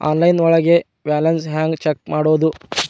Online ಒಳಗೆ balance ಹ್ಯಾಂಗ check ಮಾಡೋದು?